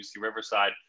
Riverside